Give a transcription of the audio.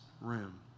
room